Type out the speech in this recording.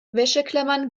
wäscheklammern